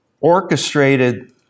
orchestrated